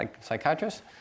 psychiatrist